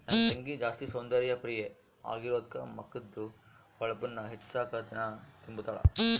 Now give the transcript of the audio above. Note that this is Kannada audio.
ನನ್ ತಂಗಿ ಜಾಸ್ತಿ ಸೌಂದರ್ಯ ಪ್ರಿಯೆ ಆಗಿರೋದ್ಕ ಮಕದ್ದು ಹೊಳಪುನ್ನ ಹೆಚ್ಚಿಸಾಕ ದಿನಾ ತಿಂಬುತಾಳ